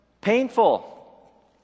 painful